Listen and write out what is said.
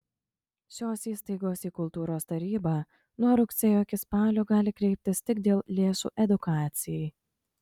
šios įstaigos į kultūros tarybą nuo rugsėjo iki spalio gali kreiptis tik dėl lėšų edukacijai